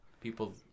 People